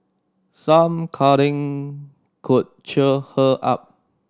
some cuddling could cheer her up